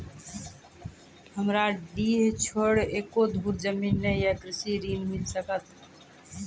हमरा डीह छोर एको धुर जमीन न या कृषि ऋण मिल सकत?